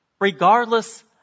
regardless